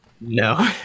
No